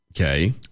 okay